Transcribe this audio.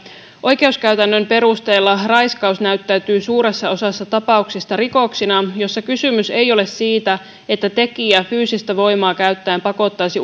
oikeuskäytännön perusteella raiskaus näyttäytyy suuressa osassa tapauksista rikoksena jossa kysymys ei ole siitä että tekijä fyysistä voimaa käyttäen pakottaisi